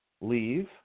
leave